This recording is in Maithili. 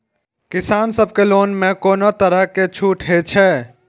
किसान सब के लोन में कोनो तरह के छूट हे छे?